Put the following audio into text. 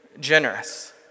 generous